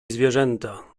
zwierzęta